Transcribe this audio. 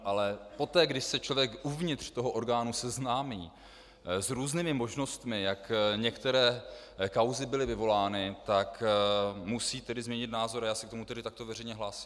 Ale poté, když se člověk uvnitř toho orgánu seznámí s různými možnostmi, jak některé kauzy byly vyvolány, tak musí tedy změnit názor, a já se k tomu tedy takto veřejně hlásím.